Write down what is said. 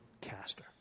caster